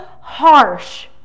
harsh